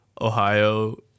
ohio